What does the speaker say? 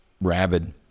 Rabid